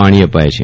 પાણી અપાય છે